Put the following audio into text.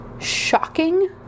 shocking